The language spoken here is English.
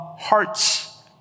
hearts